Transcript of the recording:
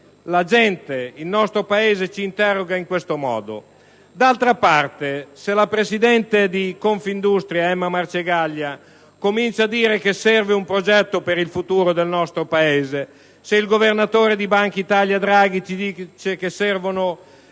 la gente, il nostro Paese ci interroga in questo modo. D'altra parte, se la presidente di Confindustria Emma Marcegaglia comincia a sostenere che serve un progetto per il futuro del nostro Paese e se il governatore della Banca d'Italia Draghi afferma che servono